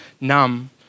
numb